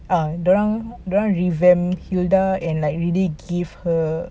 ah dia orang dia orang revamp hilda and like really give her